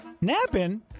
Napping